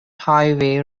highway